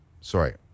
sorry